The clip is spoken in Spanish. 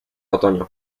otoño